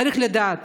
צריך לדעת